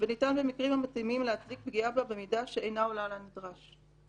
וניתן במקרים המתאימים --- פגיעה בה במידה שאינה עולה על הנדרש.